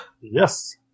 Yes